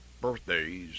birthdays